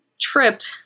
tripped